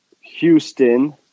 Houston